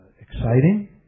exciting